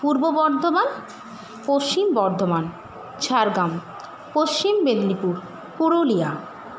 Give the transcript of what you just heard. Purba Bardhaman Paschim Bardhaman Jhargram Paschim Medinipur Purulia